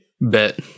Bet